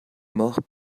mort